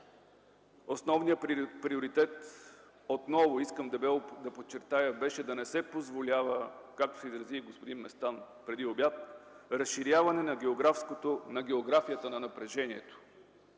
Основният приоритет – отново искам дебело да подчертая – беше да не се позволява, както се изрази господин Местан преди обяд, разширяване на географията на напрежението.